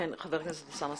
חבר הכנסת אוסמה סעדי,